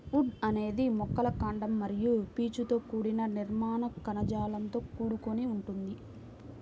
would అనేది మొక్కల కాండం మరియు పీచుతో కూడిన నిర్మాణ కణజాలంతో కూడుకొని ఉంటుంది